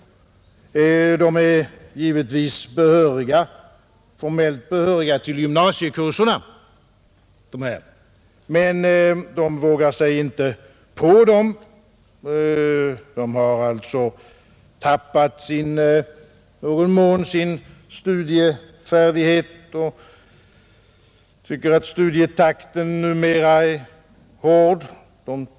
De är givetvis formellt behöriga till gymnasiekurserna men vågar sig inte på dem — de har alltså i någon mån tappat sin studiefärdighet och tycker att studietakten numera är hård.